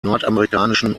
nordamerikanischen